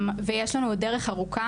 ויש לנו עוד דרך ארוכה.